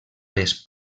les